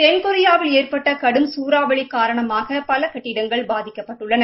தென்கொரியாவில் ஏற்பட்ட கடும் சூறாவளி காரணமாக பல கட்டிடங்கள் பாதிக்கப்பட்டுள்ளன